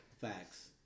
Facts